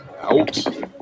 out